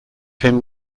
him